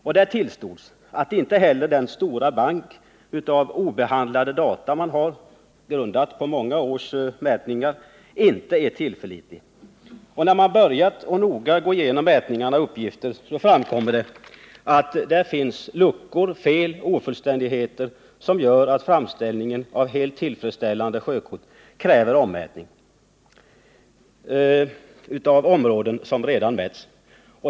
Därvid tillstods att inte heller den stora bank som finns av obehandlade data, grundade på många års mätningar, är tillförlitlig. När man noga gått igenom uppgifterna över mätningar har det framkommit att det finns luckor, fel och ofullständigheter som gör att framställningen av helt tillfredsställande sjökort kräver ommätning av områden som redan mätts.